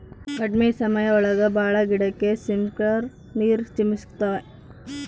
ಕಡ್ಮೆ ಸಮಯ ಒಳಗ ಭಾಳ ಗಿಡಕ್ಕೆ ಸ್ಪ್ರಿಂಕ್ಲರ್ ನೀರ್ ಚಿಮುಕಿಸ್ತವೆ